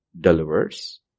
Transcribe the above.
Delivers